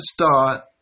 start